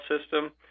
System